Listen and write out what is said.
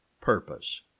purpose